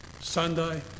Sunday